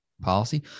policy